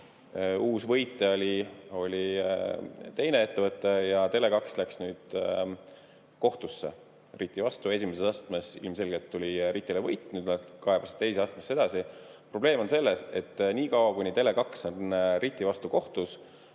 uus võitja oli teine ettevõte ja Tele2 läks nüüd kohtusse RIT-i vastu. Esimeses astmes ilmselgelt tuli RIT-ile võit, nüüd nad kaebasid teise astmesse edasi. Probleem on selles, et niikaua kuni Tele2 on RIT-i vastu kohtus,